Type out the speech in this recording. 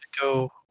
go